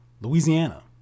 louisiana